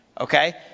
Okay